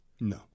No